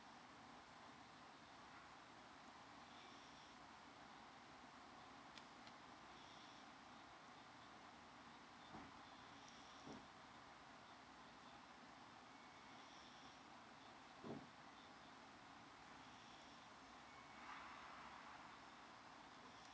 key key mm mm oh